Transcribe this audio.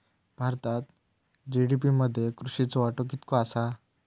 भारतात जी.डी.पी मध्ये कृषीचो वाटो कितको आसा?